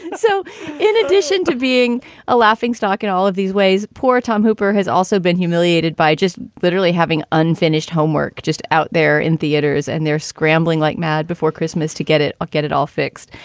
so in addition to being a laughing stock in all of these ways, poor tom hooper has also been humiliated by just literally having unfinished homework just out there in theaters. and they're scrambling like mad before christmas to get it ah get it all fixed.